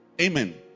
Amen